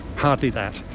hardly that.